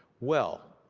well,